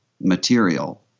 material